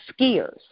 skiers –